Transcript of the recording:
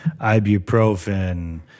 ibuprofen